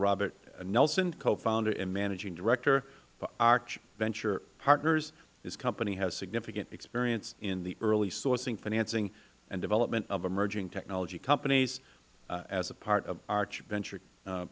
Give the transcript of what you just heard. robert nelsen co founder and managing director for arch venture partners his company has significant experience in the early sourcing financing and development of emerging technology companies as a part of arch venture